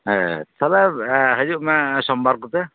ᱦᱮᱸ ᱛᱟᱦᱚᱞᱮ ᱦᱤᱡᱩᱜ ᱢᱮ ᱥᱳᱢᱵᱟᱨ ᱠᱚᱛᱮ